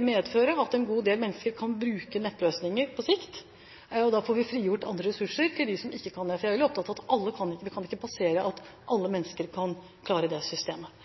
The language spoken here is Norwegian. medføre at en god del mennesker kan bruke nettløsninger på sikt, og da får vi frigjort ressurser til dem som ikke kan det. For jeg er veldig opptatt av at vi ikke kan basere oss på at alle mennesker kan bruke det systemet.